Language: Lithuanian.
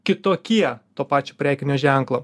kitokie to pačio prekinio ženklo